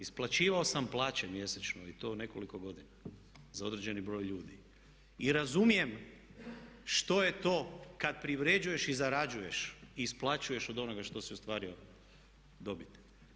Isplaćivao sam plaće mjesečno i to nekoliko godina za određeni broj ljudi i razumijem što je to kad privređuješ i zarađuješ i isplaćuješ od onoga što si ostvario dobit.